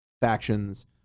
factions